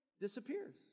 disappears